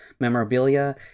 memorabilia